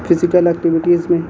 physical activities میں